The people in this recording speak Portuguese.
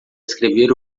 escrever